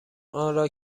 آنرا